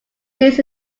this